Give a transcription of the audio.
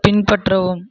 பின்பற்றவும்